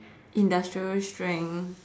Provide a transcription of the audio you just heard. industrial strength